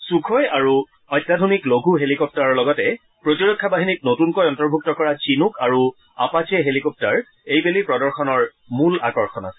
ছুখ'ই আৰু অত্যাধনিক লঘু হেলিকপ্টাৰৰ লগতে প্ৰতিৰক্ষা বাহিনীত নতুনকৈ অন্তৰ্ভূক্ত কৰা চিনুক আৰু আপাচে হেলিকপটাৰ এইবেলিৰ প্ৰদৰ্শনৰ মূল আকৰ্ষণ আছিল